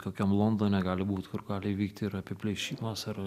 kokiam londone gali būt kur gali įvykti ir apiplėšimas ar